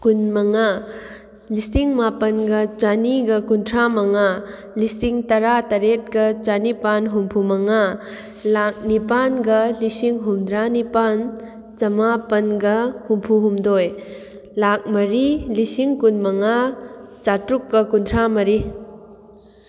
ꯀꯨꯟ ꯃꯉꯥ ꯂꯤꯁꯤꯡ ꯃꯥꯄꯟꯒ ꯆꯅꯤꯒ ꯀꯨꯟꯊ꯭ꯔꯥ ꯃꯉꯥ ꯂꯤꯁꯤꯡ ꯇꯔꯥꯇꯔꯦꯠꯀ ꯆꯅꯤꯄꯥꯟ ꯍꯨꯝꯐꯨ ꯃꯉꯥ ꯂꯥꯈ ꯅꯤꯄꯥꯟꯒ ꯂꯤꯁꯤꯡ ꯍꯨꯝꯗ꯭ꯔꯥ ꯅꯤꯄꯥꯟ ꯆꯃꯥꯄꯟꯒ ꯍꯨꯝꯐꯨ ꯍꯨꯝꯗꯣꯏ ꯂꯥꯈ ꯃꯔꯤ ꯂꯤꯁꯤꯡ ꯀꯨꯟ ꯃꯉꯥ ꯆꯥꯇ꯭ꯔꯨꯛꯀ ꯀꯨꯟꯊ꯭ꯔꯥ ꯃꯔꯤ